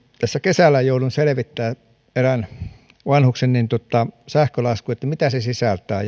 tässä kesällä jouduin selvittämään erään vanhuksen sähkölaskua mitä se sisältää